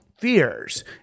fears